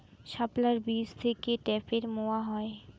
শাপলার বীজ থেকে ঢ্যাপের মোয়া হয়?